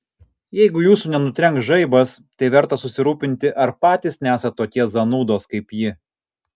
jeigu jūsų nenutrenks žaibas tai verta susirūpinti ar patys nesat tokie zanūdos kaip ji